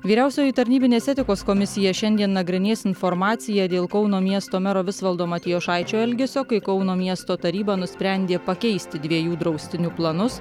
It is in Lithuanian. vyriausioji tarnybinės etikos komisija šiandien nagrinės informaciją dėl kauno miesto mero visvaldo matijošaičio elgesio kai kauno miesto taryba nusprendė pakeisti dviejų draustinių planus